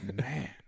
Man